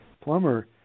plumber